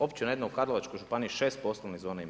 Općina jedna u Karlovačkoj županija, 6 poslovnih zona ima.